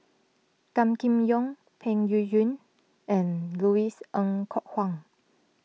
Gan Kim Yong Peng Yuyun and Louis Ng Kok Kwang